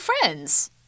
friends